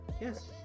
yes